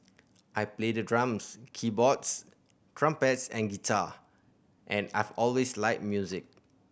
I play the drums keyboards trumpets and guitar and I've always liked music